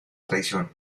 traición